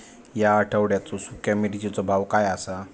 या आठवड्याचो सुख्या मिर्चीचो भाव काय आसा?